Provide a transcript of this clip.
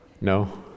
No